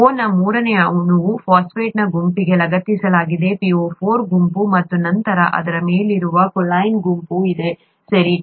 O ನ ಮೂರನೇ ಅಣುವು ಫಾಸ್ಫೇಟ್ನ ಗುಂಪಿಗೆ ಲಗತ್ತಿಸಲಾಗಿದೆ 'PO4 ' ಗುಂಪು ಮತ್ತು ನಂತರ ಅದರ ಮೇಲಿರುವ ಕೋಲಿನ್ ಗುಂಪು ಇದೆ ಸರಿ